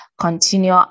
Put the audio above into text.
continue